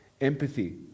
Empathy